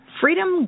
Freedom